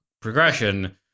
progression